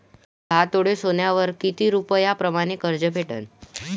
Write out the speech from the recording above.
मले दहा तोळे सोन्यावर कितीक रुपया प्रमाण कर्ज भेटन?